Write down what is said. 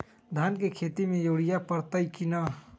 धान के खेती में यूरिया परतइ कि न?